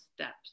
steps